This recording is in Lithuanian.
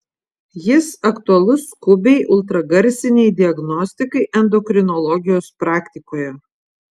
jis aktualus skubiai ultragarsinei diagnostikai endokrinologijos praktikoje